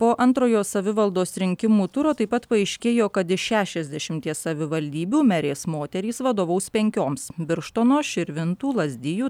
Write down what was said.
po antrojo savivaldos rinkimų turo taip pat paaiškėjo kad iš šešiasdešimties savivaldybių merės moterys vadovaus penkioms birštono širvintų lazdijų